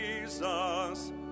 Jesus